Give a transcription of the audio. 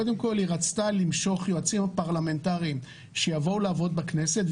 קודם כל היא רצתה למשוך יועצים פרלמנטריים שיבואו לעבוד בכנסת,